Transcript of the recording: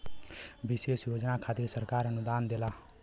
विशेष योजना खातिर सरकार अनुदान देवला